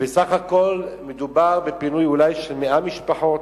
בסך הכול מדובר אולי בפינוי של 100 משפחות.